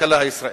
בכלכלה הישראלית,